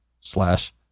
slash